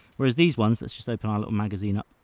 whereas these ones, let's just open our little magazine up.